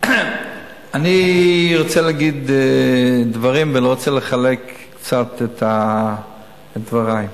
אני ארצה להגיד דברים, ואני רוצה לחלק קצת דברי.